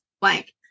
blank